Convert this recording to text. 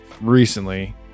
recently